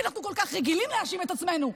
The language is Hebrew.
כי אנחנו כל כך רגילים להאשים את עצמנו,